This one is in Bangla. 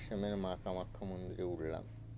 মেন মাখা মাখ মুন্দিরে উলাম